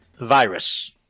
virus